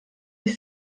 ich